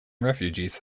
refugees